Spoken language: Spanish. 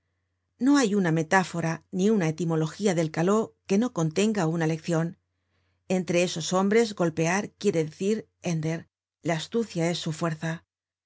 no hay una metáfora ni una etimología del caló que no contenga una leccion entre esos hombres golpear quiere decir hender la astucia es su fuerza